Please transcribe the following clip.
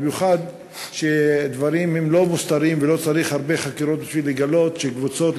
במיוחד שדברים הם לא מוסתרים ולא צריך הרבה חקירות בשביל לגלות שקבוצות,